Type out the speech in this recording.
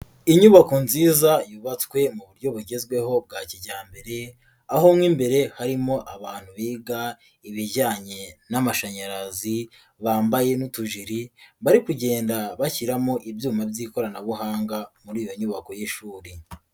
Inyubako nziza yubatswe mu buryo bugezweho bwa kijyambere, aho mo imbere harimo abantu biga ibijyanye n'amashanyarazi bambaye n'utujiri bari kugenda bashyiramo ibyuma by'ikoranabuhanga muri iyo nyubako y'ishuri.